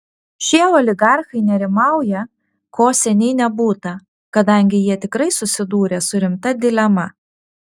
šie oligarchai nerimauja ko seniai nebūta kadangi jie tikrai susidūrė su rimta dilema